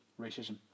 racism